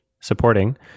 supporting